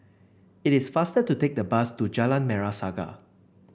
it is faster to take the bus to Jalan Merah Saga